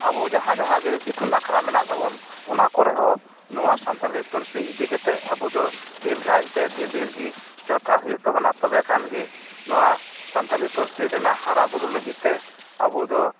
ᱟᱵᱩ ᱡᱟᱦᱟᱸ ᱡᱟᱦᱟᱸᱜᱤ ᱤᱛᱩᱱ ᱟᱠᱷᱲᱟ ᱢᱮᱱᱟᱜ ᱛᱟᱵᱩᱱ ᱚᱱᱟ ᱠᱚᱨᱮᱦᱚᱸ ᱱᱚᱣᱟ ᱥᱟᱱᱛᱟᱞᱤ ᱯᱟᱹᱨᱥᱤ ᱤᱫᱤ ᱠᱟᱛᱮᱫ ᱟᱵᱩᱫᱚ ᱰᱷᱤᱨ ᱠᱟᱭᱛᱮ ᱰᱷᱤᱨ ᱰᱷᱤᱨᱜᱤ ᱪᱚᱨᱪᱟ ᱦᱩᱭᱩᱜ ᱛᱟᱵᱩᱱᱟ ᱛᱚᱵᱮᱠᱷᱟᱱᱜᱤ ᱱᱚᱣᱟ ᱥᱟᱱᱛᱟᱞᱤ ᱯᱟᱹᱨᱥᱤ ᱨᱮᱱᱟᱜ ᱦᱟᱨᱟᱵᱩᱨᱩ ᱞᱟᱹᱜᱤᱫ ᱛᱮ ᱟᱵᱩᱫᱚ